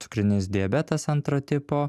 cukrinis diabetas antro tipo